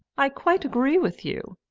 i quite agree with you,